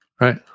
right